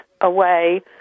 away